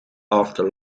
after